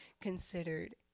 considered